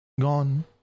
Gone